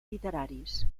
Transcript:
literaris